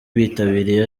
bitabiriye